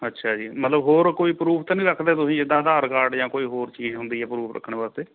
ਅੱਛਾ ਜੀ ਮਤਲਬ ਹੋਰ ਕੋਈ ਪਰੂਫ ਤਾਂ ਨਹੀਂ ਰੱਖਦੇ ਤੁਸੀਂ ਜਿੱਦਾਂ ਆਧਾਰ ਕਾਰਡ ਜਾਂ ਕੋਈ ਹੋਰ ਚੀਜ਼ ਹੁੰਦੀ ਹੈ ਪਰੂਫ਼ ਰੱਖਣ ਵਾਸਤੇ